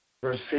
verse